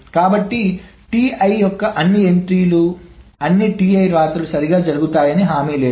కాబట్టి Ti యొక్క అన్ని ఎంట్రీలు అన్ని Ti వ్రాతలు సరిగ్గా జరుగుతాయని హామీ లేదు